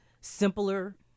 simpler